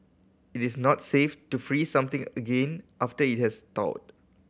it is not safe to freeze something again after it has thawed